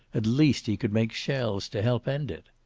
at least he could make shells to help end it.